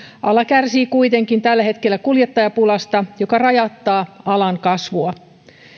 ala kärsii kuitenkin tällä hetkellä kuljettajapulasta joka rajoittaa alan kasvua